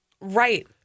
Right